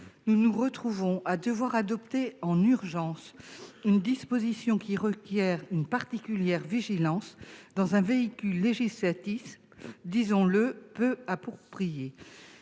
nous nous retrouvons à devoir adopter en urgence une disposition qui requiert une particulière vigilance dans un véhicule législatif- disons-le -peu approprié.